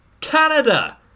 canada